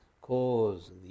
cause